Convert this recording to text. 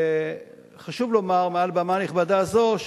וחשוב לומר מעל במה נכבדה זו,